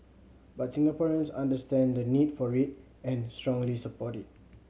but Singaporeans understand the need for it and strongly support it